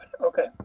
Okay